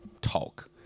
talk